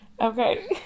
Okay